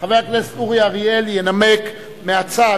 חבר הכנסת אורי אריאל ינמק מהצד,